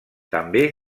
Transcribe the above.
també